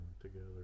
together